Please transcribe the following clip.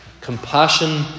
Compassion